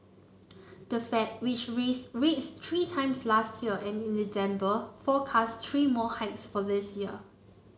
the Fed which raised rates three times last year and in December forecast three more hikes for this year